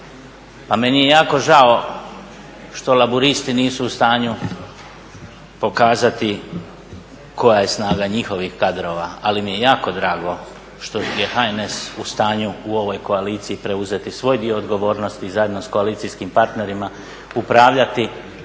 pa meni je jako žao što Laburisti nisu u stanju pokazati koja je snaga njihovih kadrova, ali mi je jako drago što je HNS u stanju u ovoj koaliciji preuzeti svoj dio odgovornosti, zajedno s koalicijskim partnerima upravljati